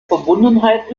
verbundenheit